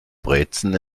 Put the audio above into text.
brezen